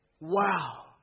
wow